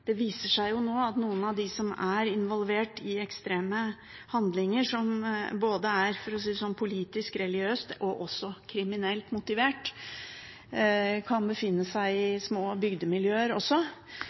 Det viser seg nå at noen av dem som er involvert i ekstreme handlinger, som er både politisk, religiøst og kriminelt motivert, kan befinne seg i